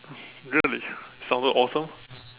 really sounded awesome